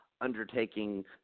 undertaking